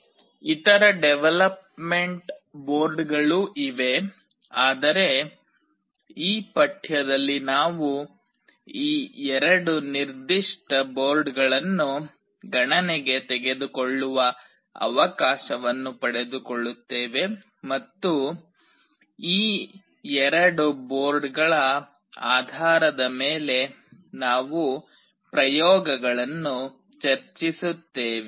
ಇತರ ಡೆವಲಪ್ಮೆಂಟ್ ಬೋರ್ಡ್ಗಳೂ ಇವೆ ಆದರೆ ಈ ಪಠ್ಯದಲ್ಲಿ ನಾವು ಈ ಎರಡು ನಿರ್ದಿಷ್ಟ ಬೋರ್ಡ್ಗಳನ್ನು ಗಣನೆಗೆ ತೆಗೆದುಕೊಳ್ಳುವ ಅವಕಾಶವನ್ನು ಪಡೆದುಕೊಳ್ಳುತ್ತೇವೆ ಮತ್ತು ಈ ಎರಡು ಬೋರ್ಡ್ಗಳ ಆಧಾರದ ಮೇಲೆ ನಾವು ಪ್ರಯೋಗಗಳನ್ನು ಚರ್ಚಿಸುತ್ತೇವೆ